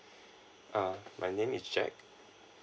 err my name is jack